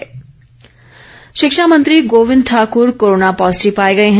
गोविंद ठाकुर शिक्षा मंत्री Govind Thakur corona positive पाए गए हैं